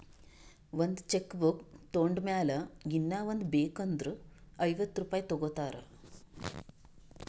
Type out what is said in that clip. ಒಂದ್ cheque book ತೊಂಡ್ ಮ್ಯಾಲ ಇನ್ನಾ ಒಂದ್ ಬೇಕ್ ಅಂದುರ್ ಐವತ್ತ ರುಪಾಯಿ ತಗೋತಾರ್